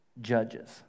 judges